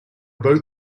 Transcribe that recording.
both